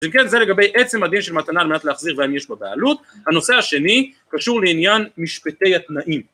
אם כן זה לגבי עצם הדין של מתנה על מנת להחזיר והאם יש בה בעלות. הנושא השני קשור לעניין משפטי התנאים